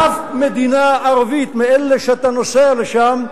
באף מדינה ערבית מאלה שאתה נוסע לשם,